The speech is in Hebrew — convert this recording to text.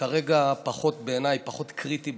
כרגע בעיניי פחות קריטי,